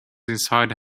inside